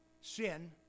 sin